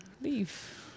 Leave